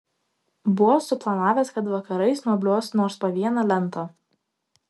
buvo suplanavęs kad vakarais nuobliuos nors po vieną lentą